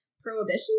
prohibition